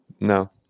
No